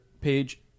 page